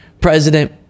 president